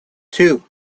two